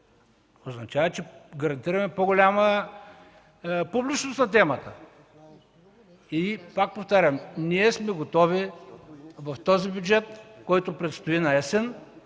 означава, че гарантираме по-голяма публичност на темата. Пак повтарям, ние сме готови в този бюджет, който предстои наесен